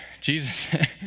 Jesus